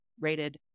rated